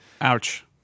Ouch